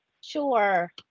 Sure